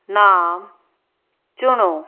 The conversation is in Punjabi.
ਨਾਮ ਚੁਣੋ